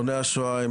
מכוני השואה,